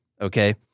okay